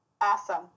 Awesome